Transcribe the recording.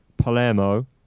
Palermo